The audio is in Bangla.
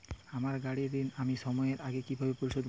আমার গাড়ির ঋণ আমি সময়ের আগে কিভাবে পরিশোধ করবো?